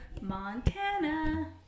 Montana